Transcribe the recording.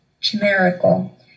chimerical